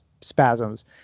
spasms